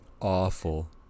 Awful